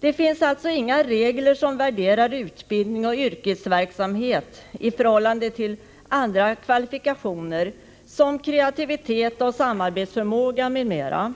Det finns alltså inga regler som värderar utbildning och yrkesverksamhet i förhållande till andra kvalifikationer som kreativitet och samarbetsförmåga m.m.